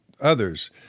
others